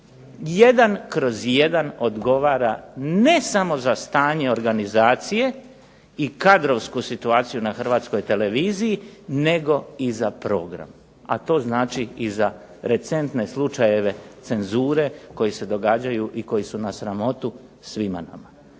da HDZ 1/1 odgovara ne samo za stanje organizacije i kadrovsku situaciju na Hrvatskoj televiziji nego i za program, a to znači i za recentne slučajeve cenzure koji se događaju i koji su na sramotu svima nama.